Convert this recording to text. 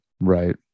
right